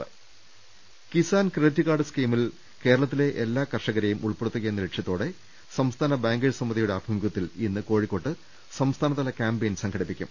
രുവെട്ടെടു Kisan credit card സ്കീമിൽ കേരളത്തിലെ എല്ലാ കർഷകരേ യും ഉൾപ്പെടുത്തുക എന്ന ലക്ഷ്യത്തോടെ സംസ്ഥാന ബാങ്കേഴ്സ് സമിതി യുടെ ആഭിമുഖ്യത്തിൽ ഇന്ന് കോഴിക്കോട്ട് സംസ്ഥാനതല ക്യാമ്പയിൻ സംഘടിപ്പിക്കും